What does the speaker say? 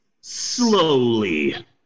slowly